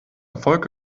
erfolg